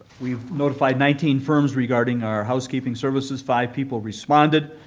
we notified nineteen firms regarding our housekeeping services, five people responded.